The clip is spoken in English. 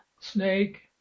snake